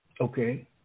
Okay